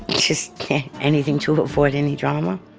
just anything to avoid any drama.